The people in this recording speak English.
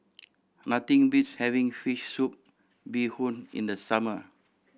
nothing beats having fish soup bee hoon in the summer